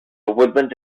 woodland